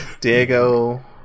Diego